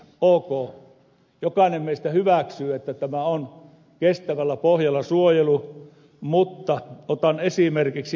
ok jokainen meistä hyväksyy että suojelu on kestävällä pohjalla mutta otan esimerkiksi ilveksen